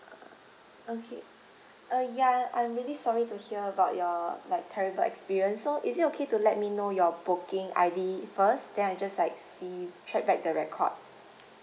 okay uh ya I'm really sorry to hear about your like terrible experience so is it okay to let me know your booking I_D first then I just like see check back the record